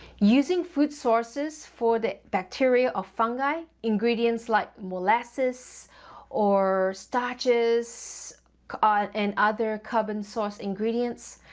using food sources for the bacteria or fungi, ingredients like molasses or starches ah and other carbon source ingredients,